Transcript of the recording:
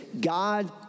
God